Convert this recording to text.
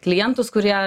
klientus kurie